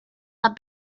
are